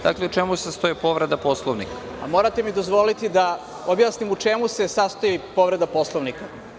Dakle, u čemu se sastoji povreda Poslovnika?) Morate mi dozvoliti da objasnim u čemu se sastoji povreda Poslovnika.